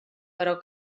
però